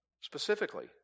specifically